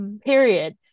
Period